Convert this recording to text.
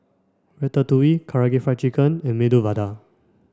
Ratatouille Karaage Fried Chicken and Medu Vada